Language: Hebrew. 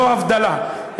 פה ההבדלה.